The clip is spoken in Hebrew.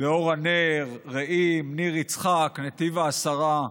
באור הנר, רעים, ניר יצחק, נתיב העשרה.